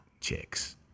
chicks